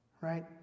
right